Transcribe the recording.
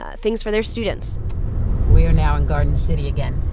ah things for their students we are now in garden city again.